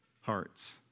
hearts